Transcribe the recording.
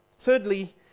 Thirdly